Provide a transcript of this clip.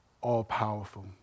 all-powerful